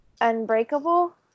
Unbreakable